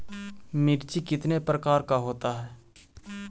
मिर्ची कितने प्रकार का होता है?